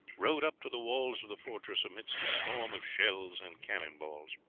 rode up to the walls of the fortress amidst a storm of shells and cannon-balls.